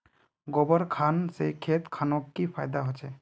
गोबर खान से खेत खानोक की फायदा होछै?